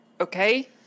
okay